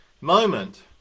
moment